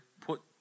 put